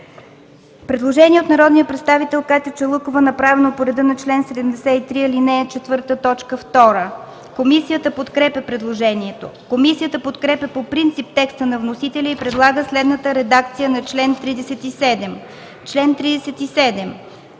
Предложение от народния представител Катя Чалъкова, направено по реда на чл. 73, ал. 4, т. 2. Комисията подкрепя предложението. Комисията подкрепя по принцип текста на вносителя и предлага следната редакция на чл. 37: